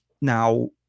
now